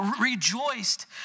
rejoiced